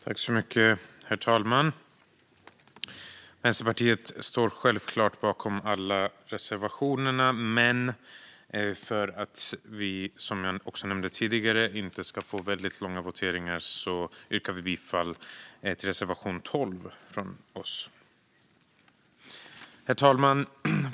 Herr talman! Vänsterpartiet står självklart bakom alla sina reservationer. Men för att vi inte, som jag också nämnde tidigare, ska få väldigt långa voteringar yrkar jag för vår del bifall endast till reservation 12. Herr talman!